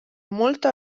molta